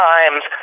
Times